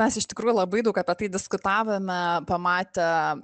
mes iš tikrųjų labai daug apie tai diskutavome pamatę